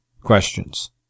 questions